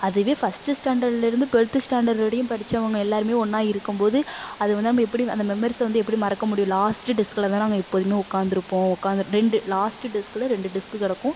அதுவே ஃபஸ்ட் ஸ்டாண்டர்ட்லருந்து twelfth standard வரைக்கும் படிச்சவங்க எல்லாருமே ஒன்றா இருக்கும் போது அது வந்து நம்ம எப்படி அந்த மெமரீஸை வந்து எப்படி மறக்க முடியும் லாஸ்ட் டெஸ்க்கில் தான் நாங்கள் எப்போதுமே உட்காந்துருப்போம் உட்காந்து ரெண்டு லாஸ்ட்டு டெஸ்க்குல ரெண்டு டெஸ்க்கு கிடக்கும்